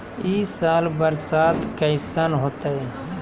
ई साल बरसात कैसन होतय?